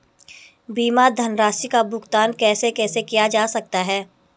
बीमा धनराशि का भुगतान कैसे कैसे किया जा सकता है?